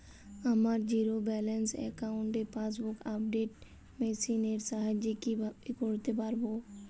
আমার zero balance অ্যাকাউন্টে passbook update machine এর সাহায্যে কীভাবে করতে পারব?